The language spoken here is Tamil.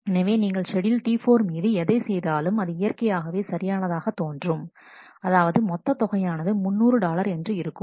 எனவே நீங்கள் ஷெட்யூல் T4 மீது எதை செய்தாலும் அது இயற்கையாகவே சரியானதாக தோன்றும்அதாவது மொத்தத் தொகையானது 300 டாலர் என்று இருக்கும்